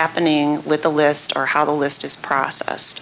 happening with the list or how the list is processed